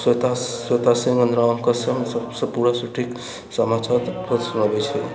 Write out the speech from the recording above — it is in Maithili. श्वेता सिंह नामके पूरा सटीक समाचार सुनाबैत छै